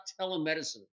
telemedicine